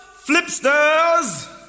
flipsters